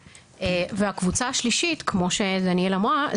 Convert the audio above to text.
והקבוצה השלישית כמו שדניאל אמרה,